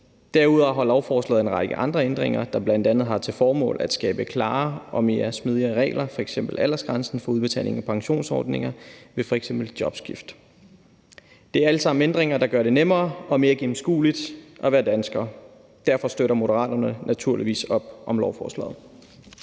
Derudover har lovforslaget en række andre ændringer, der bl.a. har til formål at skabe klare og mere smidige regler, f.eks. aldersgrænsen for udbetaling af pensionsordninger ved f.eks. jobskifte. Det er alt sammen ændringer, der gør det nemmere og mere gennemskueligt at være dansker. Derfor støtter Moderaterne naturligvis lovforslaget.